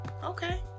okay